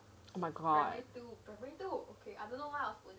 oh my god